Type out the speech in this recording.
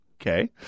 Okay